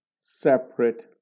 separate